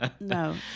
No